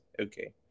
Okay